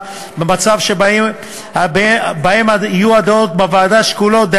במצבים שבהם יהיו הדעות בוועדה שקולות,